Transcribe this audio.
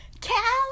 Cal